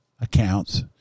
accounts